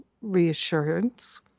reassurance